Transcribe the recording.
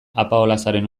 apaolazaren